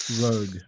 Rogue